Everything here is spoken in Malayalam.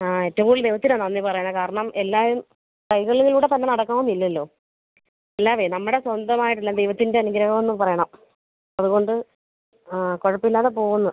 ആ ഏറ്റവും കൂടുതൽ ദൈവത്തിനാണ് നന്ദി പറയുന്നത് കാരണം എല്ലാവരും കൈകളിലൂടെ തന്നെ നടക്കണമെന്നില്ലല്ലോ എല്ലാമേ നമ്മുടെ സ്വന്തമായിട്ടല്ല ദൈവത്തിൻ്റെ അനുഗ്രഹമെന്നും പറയണം അതുകൊണ്ട് ആ കുഴപ്പമില്ലാതെ പോവുന്നു